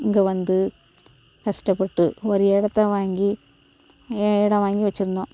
இங்கே வந்து கஷ்டப்பட்டு ஒரு இடத்தை வாங்கி இடம் வாங்கி வெச்சுருந்தோம்